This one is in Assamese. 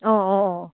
অ' অ' অ'